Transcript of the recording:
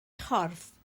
chorff